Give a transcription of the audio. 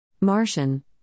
Martian